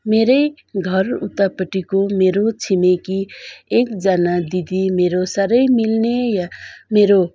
मेरै घर उतापट्टिको मेरो छिमेकी एकजना दिदी मेरो साह्रै मिल्ने या मेरो